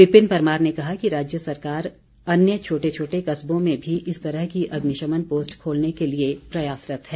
विपिन परमार ने कहा कि राज्य सरकार अन्य छोटे छोटे कस्बों में भी इस तरह की अग्निशमन पोस्ट खोलने के लिए प्रयासरत है